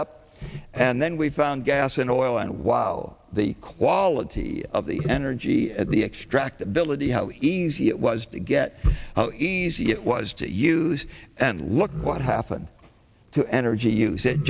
up and then we found gas and oil and while the quality of the energy and the extract ability how easy it was to get easy it was to use and look what happened to energy